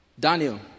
Daniel